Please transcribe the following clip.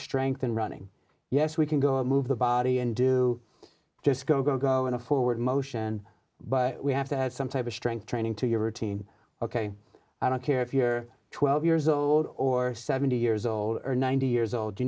strengthen running yes we can go move the body and do just go go go in a forward motion but we have to have some type of strength training to your routine ok i don't care if you're twelve years old or seventy years old or ninety years old you